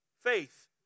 faith